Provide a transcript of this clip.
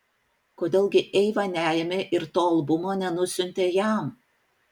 kodėl gi eiva neėmė ir to albumo nenusiuntė jam